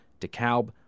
DeKalb